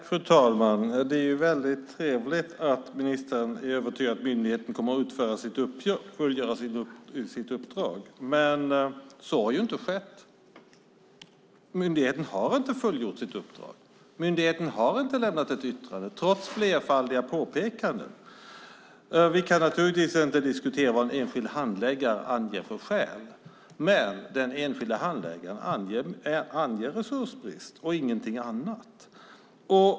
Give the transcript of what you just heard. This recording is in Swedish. Fru talman! Det är väldigt trevligt att ministern är övertygad om att myndigheten kommer att fullgöra sitt uppdrag. Men så har ju inte skett. Myndigheten har inte fullgjort sitt uppdrag. Myndigheten har inte lämnat ett yttrande, trots flerfaldiga påpekanden. Vi kan naturligtvis inte diskutera vad en enskild handläggare anger för skäl, men den enskilde handläggaren anger resursbrist och ingenting annat.